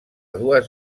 dues